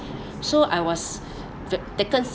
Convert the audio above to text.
so I was v~